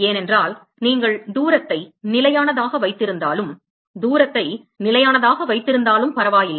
ஏனென்றால் நீங்கள் தூரத்தை நிலையானதாக வைத்திருந்தாலும் தூரத்தை நிலையானதாக வைத்திருந்தாலும் பரவாயில்லை